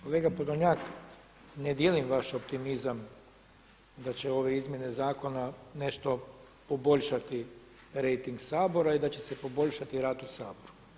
Kolega Podolnjak, ne dijelim vaš optimizam da će ove izmjene zakona nešto poboljšati rejting Sabora i da će se poboljšati rad u Saboru.